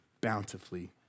bountifully